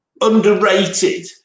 underrated